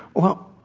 well,